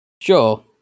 Sure